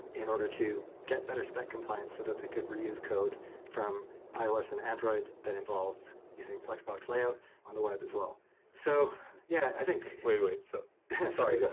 in order to get better spec compliance so that they could reuse code from ios and android that involves using flexbox layout on the web as well so yeah, i think wait. so sorry.